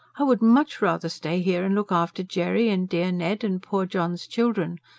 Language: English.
i would much rather stay here and look after jerry, and dear ned, and poor john's children,